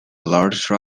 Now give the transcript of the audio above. large